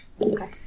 Okay